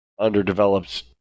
underdeveloped